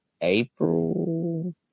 April